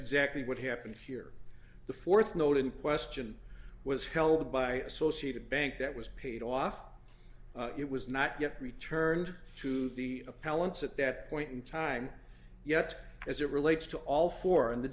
exactly what happened here the fourth note in question was held by associated bank that was paid off it was not yet returned to the appellants at that point in time yet as it relates to all four in the